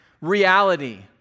reality